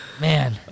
Man